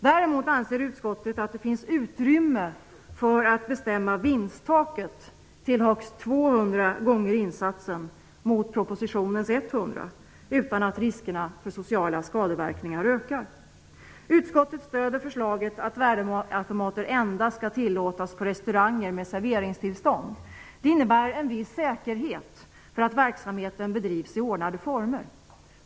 Däremot anser utskottet att det finns utrymme för att bestämma vinsttaket till högst 200 gånger insatsen, mot propositionens 100, utan att riskerna för sociala skadeverkningar ökar. Utskottet stöder förslaget att värdeautomater endast skall tillåtas på restauranger med serveringstillstånd. Det innebär en viss säkerhet för att verksamheten bedrivs i ordnade former.